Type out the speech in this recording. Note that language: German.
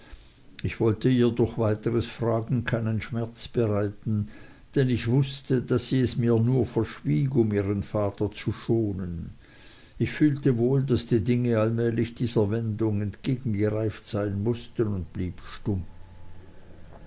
ich wollte ihr durch weiteres fragen keinen schmerz bereiten denn ich wußte daß sie es mir nur verschwieg um ihren vater zu schonen ich fühlte wohl daß die dinge allmählich dieser wendung entgegengereift sein mußten und blieb stumm